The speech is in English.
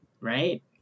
right